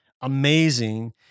amazing